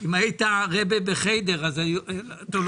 אם היית רביי בחדר אז טוב,